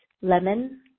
lemon